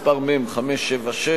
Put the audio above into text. מס' מ/576,